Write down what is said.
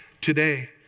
today